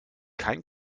kein